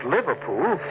Liverpool